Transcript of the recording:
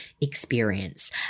experience